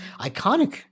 iconic